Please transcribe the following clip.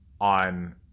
On